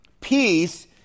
Peace